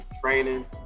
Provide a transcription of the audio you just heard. training